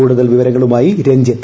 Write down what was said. കൂടുതൽ വിവരങ്ങളുമായി രഞ്ജിത്ത്